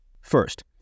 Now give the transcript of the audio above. First